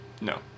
No